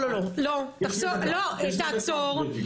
תעצור.